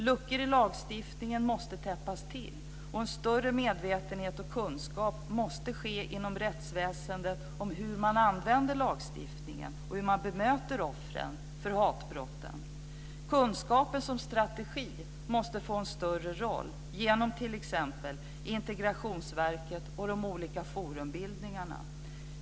Luckor i lagstiftningen måste täppas till, och en större medvetenhet och kunskap måste skapas inom rättsväsendet om hur man använder lagstiftningen och om hur man bemöter offren för hatbrotten. Kunskaper som strategi måste få en större roll genom t.ex. Integrationsverket och de olika forumbildningarna.